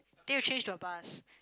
then you change to a bus